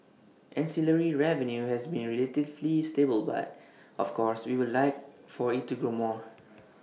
ancillary revenue has been relatively stable but of course we would like for IT to grow more